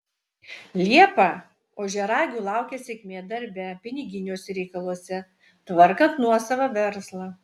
liepą ožiaragių laukia sėkmė darbe piniginiuose reikaluose tvarkant nuosavą verslą